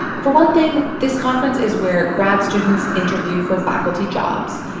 for one thing, this conference is where grad students interview for faculty jobs.